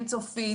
עם צופית,